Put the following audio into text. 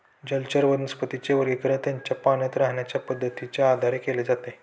जलचर वनस्पतींचे वर्गीकरण त्यांच्या पाण्यात राहण्याच्या पद्धतीच्या आधारे केले जाते